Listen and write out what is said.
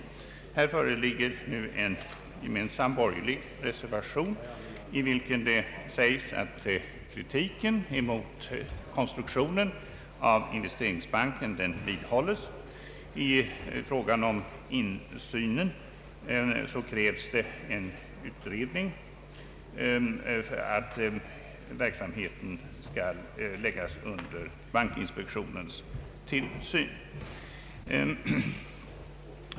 Här föreligger en gemensam borgerlig reservation, i vilken det sägs att kritiken mot konstruktionen av Investeringsbanken vidhålles. I fråga om insynen krävs en utredning om möjligheterna att lägga verksamheten under bankinspektionens tillsyn.